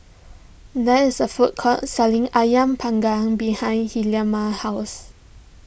there is a food court selling Ayam Panggang behind Hilma's house